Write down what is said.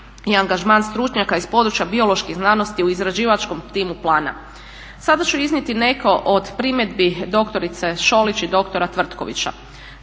i angažman stručnjaka iz područja bioloških znanosti u izrađivačkom timu plana. Sada ću iznijeti neke od primjedbi dr. Šolić i dr. Tvrtkovića.